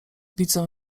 widzę